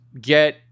get